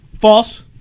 False